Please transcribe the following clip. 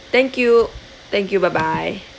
thank you thank you bye bye